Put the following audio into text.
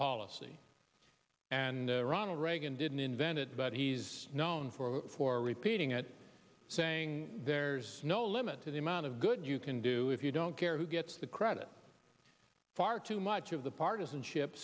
policy and ronald reagan didn't invent it but he's known for for repeating it saying there's no limit to the amount of good you can do if you don't care who gets the credit far too much of the partisanship